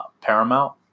Paramount